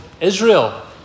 Israel